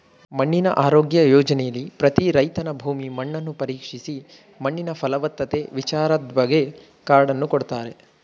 ಮಣ್ಣಿನ ಆರೋಗ್ಯ ಯೋಜನೆಲಿ ಪ್ರತಿ ರೈತನ ಭೂಮಿ ಮಣ್ಣನ್ನು ಪರೀಕ್ಷಿಸಿ ಮಣ್ಣಿನ ಫಲವತ್ತತೆ ವಿಚಾರದ್ಬಗ್ಗೆ ಕಾರ್ಡನ್ನು ಕೊಡ್ತಾರೆ